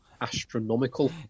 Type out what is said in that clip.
astronomical